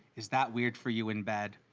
is that weird for you in bed?